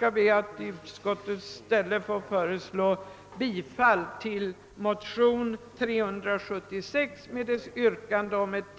Jag ber att i utskottets ställe få hemställa om bifall till yrkandet i motionen II:376 om ett tilläggsanslag på 50 000 kr.